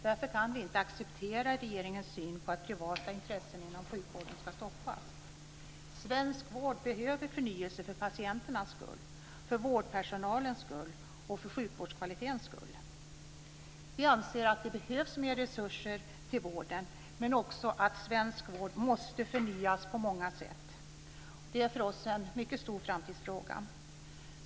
Därför kan vi inte acceptera regeringens syn, att privata intressen inom sjukvården ska stoppas. Svensk vård behöver förnyelse för patienternas skull, för vårdpersonalens skull och för sjukvårdskvalitetens skull. Vi anser att det behövs mer resurser till vården, men också att svensk vård måste förnyas på många sätt. Det är för oss en mycket stor framtidsfråga.